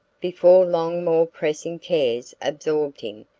before long more pressing cares absorbed him.